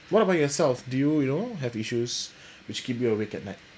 what about yourself do you know have issues which keep you awake at night